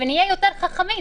ונהיה יותר חכמים.